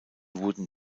wurden